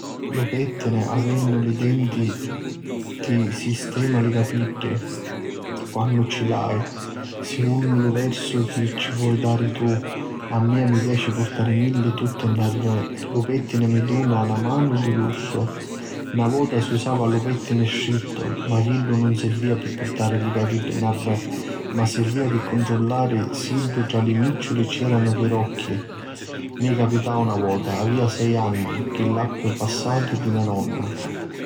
Lu pettini avennu li denti ti sistma li capiddi, quannu ci l'hai, secunnu lu versu chi ci voi dari tu. A mia mi piaci purtarimilli tutti narrè e lu pettini mi duna na manu di lussu. Na vota si usava lu pettini strittu, ma chiddu nun sirvia pi purtariti li capiddi narrè ma sirvia pi cuntrullari siddu tra li micciuli c'eranu pirocchi. Mi capitau na vota, avia sei anni, chi l'appi passatu di me nonna.